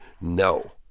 No